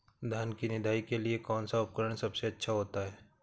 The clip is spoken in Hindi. धान की निदाई के लिए कौन सा उपकरण सबसे अच्छा होता है?